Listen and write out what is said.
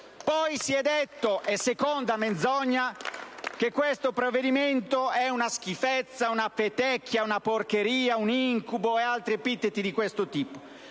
poi, in quest'Aula - seconda menzogna - che questo provvedimento è una schifezza, una fetecchia, una porcheria, un incubo e altri epiteti di questo tipo.